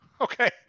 Okay